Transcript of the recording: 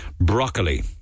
broccoli